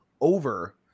over